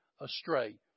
astray